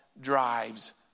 drives